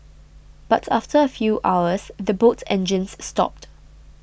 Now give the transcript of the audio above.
but after a few hours the boat engines stopped